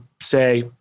say